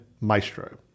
maestro